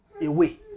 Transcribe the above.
away